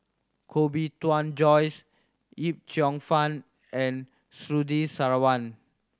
Koh Bee Tuan Joyce Yip Cheong Fun and Surtini Sarwan